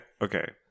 okay